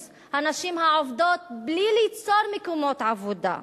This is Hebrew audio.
הנשים העובדות בלי ליצור מקומות עבודה.